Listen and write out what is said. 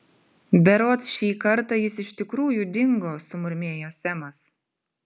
berods šį kartą jis iš tikrųjų dingo sumurmėjo semas